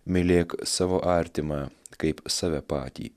mylėk savo artimą kaip save patį